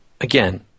again